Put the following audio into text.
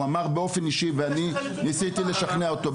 ואני ניסיתי לשכנע אותו.